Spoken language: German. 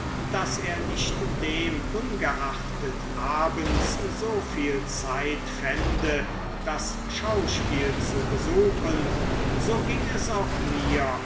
daß er nicht demungeachtet abends so viel zeit fände das schauspiel zu besuchen so ging es auch mir